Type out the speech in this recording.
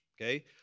okay